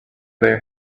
they